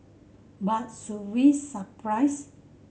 but should we surprised